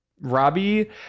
Robbie